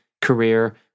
career